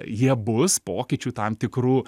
jie bus pokyčių tam tikrų